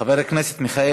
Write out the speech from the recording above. חבר הכנסת מיכאל